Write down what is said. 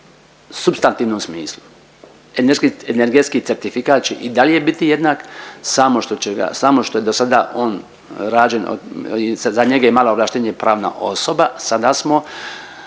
supstantivnom smislu. Energetski certifikat će i dalje biti jednak samo što će ga, samo što je dosada on rađen od, za njega je imala ovlaštenje pravna osoba sada smo